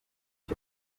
cyo